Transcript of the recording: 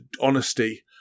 honesty